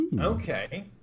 Okay